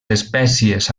espècies